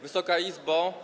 Wysoka Izbo!